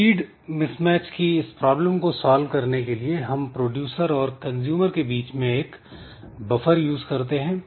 speed mismatch की इस problem को सॉल्व करने के लिए हम प्रोड्यूसर और कंजूमर के बीच में एक बफर यूज करते हैं